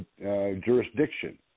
jurisdiction